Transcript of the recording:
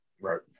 Right